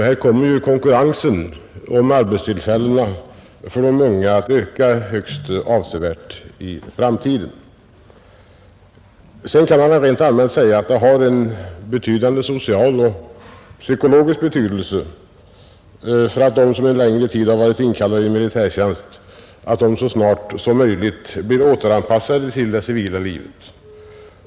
Här kommer alltså konkurrensen om arbetstillfällena för de unga att öka högst avsevärt i framtiden. Sedan kan man väl rent allmänt säga att det har stor social och psykologisk betydelse att de som under längre tid varit inkallade i militärtjänst så snart som möjligt blir återanpassade till det civila livet.